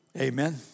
Amen